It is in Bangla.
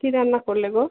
কী রান্না করলে গো